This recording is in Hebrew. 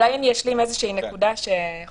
אולי אני אשלים נקודה נוספת שחסרה לנו.